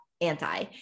anti